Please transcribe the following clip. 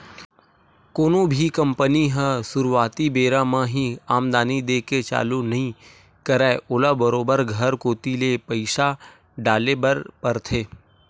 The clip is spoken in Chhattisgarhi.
कोनो भी कंपनी ह सुरुवाती बेरा म ही आमदानी देय के चालू नइ करय ओला बरोबर घर कोती ले पइसा डाले बर परथे